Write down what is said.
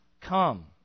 come